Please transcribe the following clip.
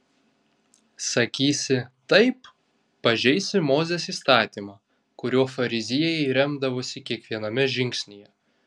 sakysi taip pažeisi mozės įstatymą kuriuo fariziejai remdavosi kiekviename žingsnyje